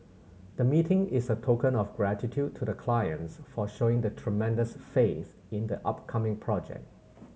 the meeting is a token of gratitude to the clients for showing tremendous faith in the upcoming project